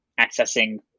accessing